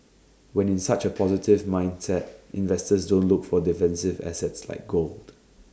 when in such A positive mindset investors don't look for defensive assets like gold